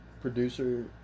producer